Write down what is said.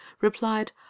replied